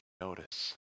notice